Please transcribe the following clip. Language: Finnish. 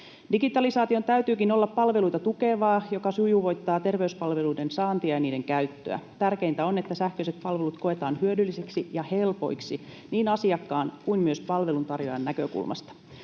Digitalisaation täytyykin olla palveluita tukevaa ja sujuvoittaa terveyspalveluiden saantia ja niiden käyttöä. Tärkeintä on, että sähköiset palvelut koetaan hyödyllisiksi ja helpoiksi niin asiakkaan kuin myös palveluntarjoajan näkökulmasta,